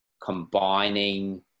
combining